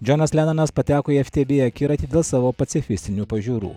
džonas lenonas pateko į ftb akiratį dėl savo pacifistinių pažiūrų